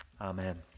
Amen